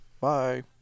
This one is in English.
Bye